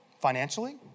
financially